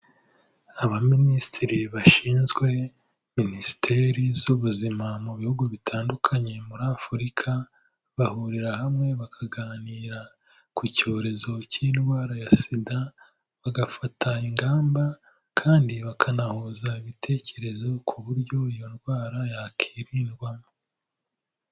Abaminisitiri bashinzwe minisiteri z'ubuzima mu bihugu bitandukanye muri Afurika, bahurira hamwe bakaganira ku cyorezo cy'indwara ya sida, bagafata ingamba kandi bakanahuza ibitekerezo ku buryo iyo ndwara yakwirindwamo.